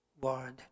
word